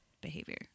behavior